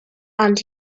and